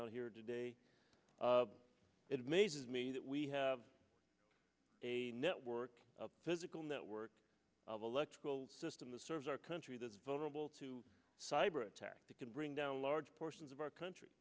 out here today it amazes me that we have a network of physical networks of electrical system that serves our country that is vulnerable to cyber attack that can bring down large portions of our country